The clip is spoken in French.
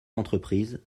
entreprises